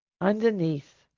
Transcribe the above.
underneath